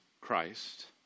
Christ